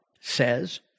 says